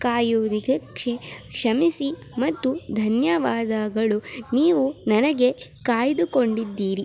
ಕಾಯುದಿಕೆಕ್ಶೆ ಕ್ಷಮಿಸಿ ಮತ್ತು ಧನ್ಯವಾದಗಳು ನೀವು ನನಗೆ ಕಾಯ್ದುಕೊಂಡಿದ್ದೀರಿ